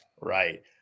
Right